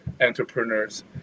entrepreneurs